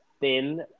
thin